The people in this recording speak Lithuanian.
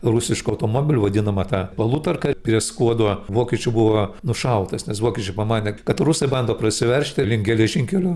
rusišku automobiliu vadinama ta palutarka prie skuodo vokiečių buvo nušautas nes vokiečiai pamanė kad rusai bando prasiveržti link geležinkelio